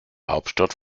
hauptstadt